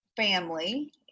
Family